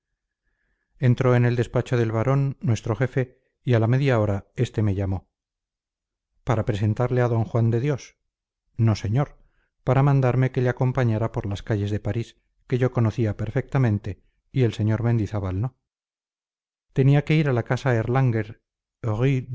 entró en el despacho del barón nuestro jefe y a la media hora este me llamó para presentarle al sr d juan de dios no señor para mandarme que le acompañara por las calles de parís que yo conocía perfectamente y el sr mendizábal no tenía que ir a la casa